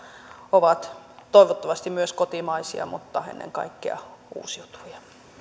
ovat toivottavasti myös kotimaisia mutta ennen kaikkea uusiutuvia